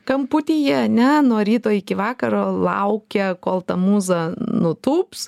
kamputyje ane nuo ryto iki vakaro laukia kol ta mūza nutūps